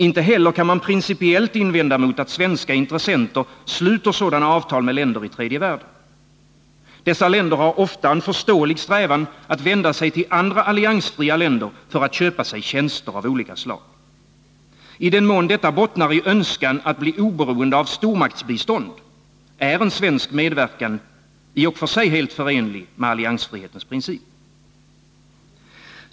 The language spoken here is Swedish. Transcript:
Inte heller kan man principiellt invända mot att svenska intressenter sluter sådana avtal med länder i tredje världen. Dessa länder har ofta en förståelig strävan att vända sig till andra alliansfria länder för att köpa sig tjänster av olika slag. I den mån detta bottnar i önskan att bli oberoende av stormaktsbistånd, är en svensk medverkan i och för sig helt förenlig med alliansfrihetens princip.